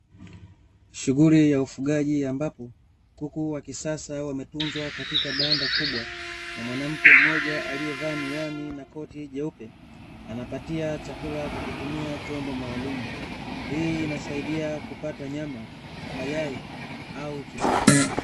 Shughuli ya ufugaji ambapo, kuku wa kisasa wametunzwa katika banda kubwa na mwanamke mmoja aliyevaa miwani na koti jeupe, anapatia chakula kwakutumia chombo maalumu, hii inasaidia kupata nyama, mayai au kipato.